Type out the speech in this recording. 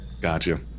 gotcha